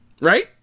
Right